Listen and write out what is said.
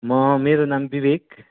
म मेरो नाम विवेक